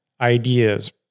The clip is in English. ideas